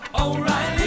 O'Reilly